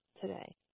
today